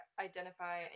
identify